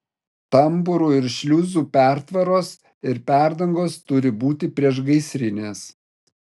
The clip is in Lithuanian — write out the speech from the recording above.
tambūrų ir šliuzų pertvaros ir perdangos turi būti priešgaisrinės